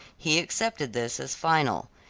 he accepted this as final.